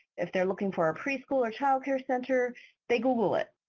if they're looking for a preschool or childcare center they google it.